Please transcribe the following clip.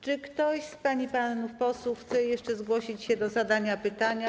Czy ktoś z pań i panów posłów chce jeszcze zgłosić się do zadania pytania?